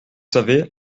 savez